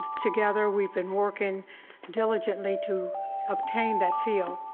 together, we've been working diligently to obtain that field.